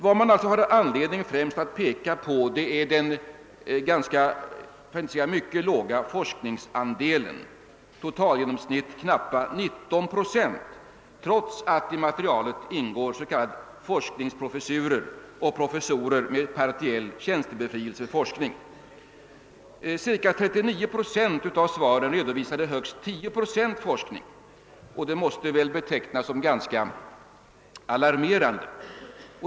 Vad man alltså har anledning att främst peka på är den ganska — för att inte säga mycket låga forskningsandelen; totalgenomsnittet är ju knappa 19 procent, trots att i forskningsmaterialet ingår s.k. forskningsprofessurer och professorer med partiell tjänstebefrielse för forskning. Ca 39 procent av svaren redovisade högst 10 procent forskning, och det måste väl betecknas som ganska alarmerande.